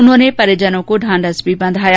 उन्होंने परिजनों को ढांढस भी बंधाया